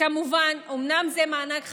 אומנם זה מענק חשוב,